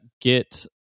get